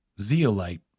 Zeolite